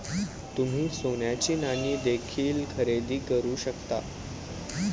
तुम्ही सोन्याची नाणी देखील खरेदी करू शकता